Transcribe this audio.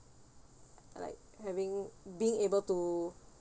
like having being able to